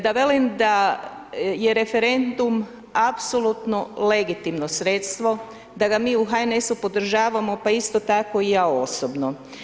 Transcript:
Da velim da je referendum apsolutno legitimno sredstvo, da ga mi u HNS-u podržavamo pa isto tako i ja osobno.